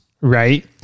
right